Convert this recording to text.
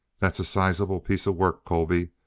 that's a sizable piece of work, colby.